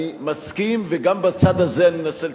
אני מסכים, וגם בצד הזה אני מנסה לטפל,